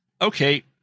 okay